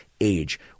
age